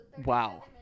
Wow